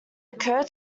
occur